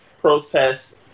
protests